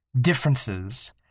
differences